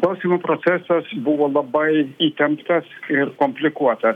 klausymų procesas buvo labai įtemptas ir komplikuotas